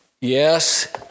Yes